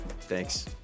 Thanks